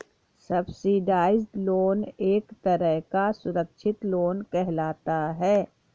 subsidised loan एक तरह का सुरक्षित लोन कहलाता है